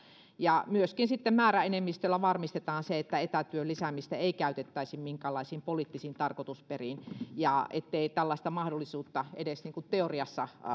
ja myöskin sitten määräenemmistöllä varmistetaan se että etätyön lisäämistä ei käytettäisi minkäänlaisiin poliittisiin tarkoitusperiin ja ettei tällaista mahdollisuutta edes teoriassa